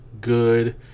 Good